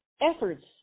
efforts